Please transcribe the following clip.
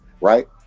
right